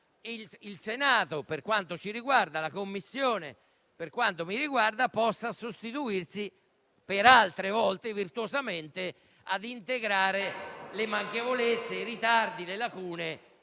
il Senato, per quanto ci riguarda - e la Commissione, per quanto mi riguarda - possa sostituirsi altre volte virtuosamente per integrare le manchevolezze, i ritardi, le lacune